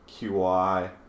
QI